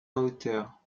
hauteur